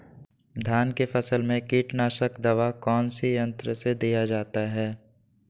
धान की फसल में कीटनाशक दवा कौन सी यंत्र से दिया जाता है?